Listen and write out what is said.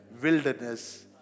wilderness